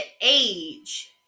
age